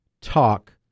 talk